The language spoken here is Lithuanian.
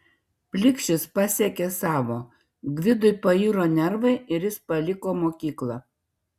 plikšis pasiekė savo gvidui pairo nervai ir jis paliko mokyklą